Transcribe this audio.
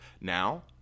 Now